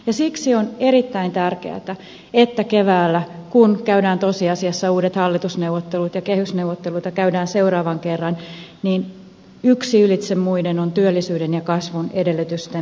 siksi on erittäin tärkeätä että keväällä kun käydään tosiasiassa uudet hallitusneuvottelut ja kehysneuvotteluita käydään seuraavan kerran niin yksi ylitse muiden on työllisyyden ja kasvun edellytysten luominen